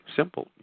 simple